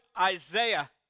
Isaiah